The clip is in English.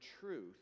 truth